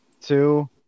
two